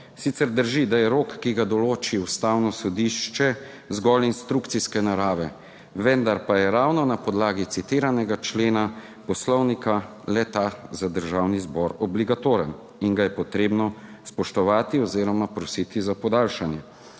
Sicer drži, da je rok, ki ga določi Ustavno sodišče, zgolj instrukcijske narave, **3. TRAK: (NB) – 13.10** (Nadaljevanje) vendar pa je ravno na podlagi citiranega člena Poslovnika le-ta za Državni zbor obligatoren in ga je potrebno spoštovati oziroma prositi za podaljšanje.